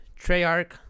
Treyarch